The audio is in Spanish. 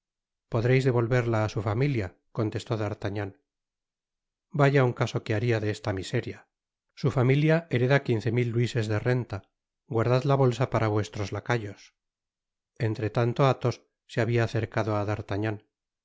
podreis devolverla á su familia contestó d'artagnan vaya'un caso que baria de esta miseria i su familia hereda quince mil luises de renta guardad la bolsa para vuestros lacayos entretantoathos se habia acercado á